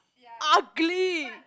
ugly